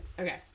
Okay